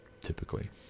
typically